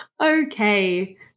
Okay